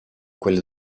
quelle